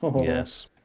yes